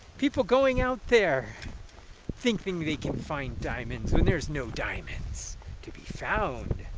people going out there thinking they can find diamonds, when there are no diamonds to be found.